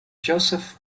joseph